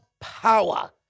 power